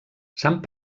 sant